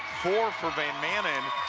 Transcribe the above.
four for vanmaanen,